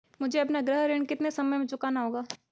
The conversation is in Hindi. मुझे अपना गृह ऋण कितने समय में चुकाना होगा?